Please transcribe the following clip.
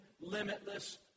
limitless